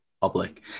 public